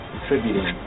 Contributing